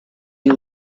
you